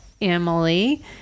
Emily